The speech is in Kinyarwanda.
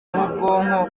n’ubwonko